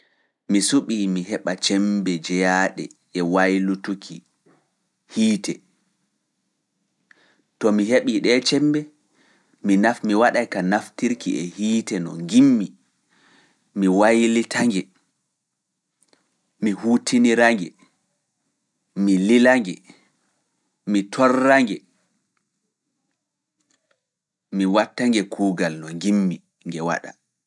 Mi suɓii mi heɓa ceembe jeyaaɗe e waylutuki hiite. To mi heɓii ɗee ceembe, mi waɗa ka naftirki e hiite no ngimmi, mi waylita nge, mi huutinira nge, mi lila nge, mi torra nge, mi watta nge kuugal no ngimmi nge waɗa.